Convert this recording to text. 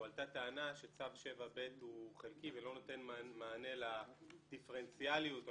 הועלתה טענה שצו 7(ב) הוא חלקי ולא נותן מענה לדיפרנציאליות או